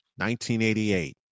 1988